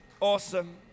Awesome